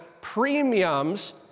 premiums